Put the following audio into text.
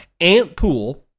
Antpool